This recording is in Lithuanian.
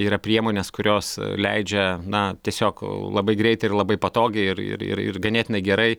yra priemonės kurios leidžia na tiesiog labai greitai ir labai patogiai ir ir ir ir ganėtinai gerai